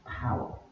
power